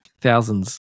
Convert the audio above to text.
thousands